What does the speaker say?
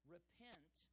Repent